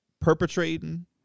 perpetrating